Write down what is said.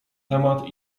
temat